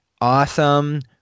awesome